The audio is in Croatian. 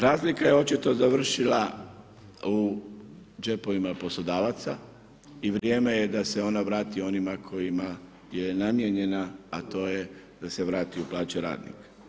Razlika je očito završila u džepovima poslodavaca i vrijeme je da se ona vrati onima kojima je namijenjena, a to je da se vrati u plaće radnika.